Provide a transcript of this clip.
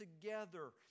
together